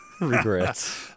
regrets